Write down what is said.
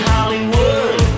Hollywood